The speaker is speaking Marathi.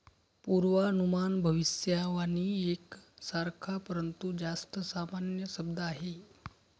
पूर्वानुमान भविष्यवाणी एक सारखा, परंतु जास्त सामान्य शब्द आहे